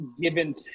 given